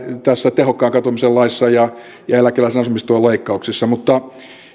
tässä tehokkaan katumisen laissa ja ja eläkeläisen asumistuen leikkauksessa mutta